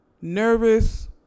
nervous